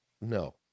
No